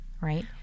Right